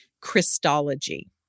Christology